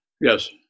Yes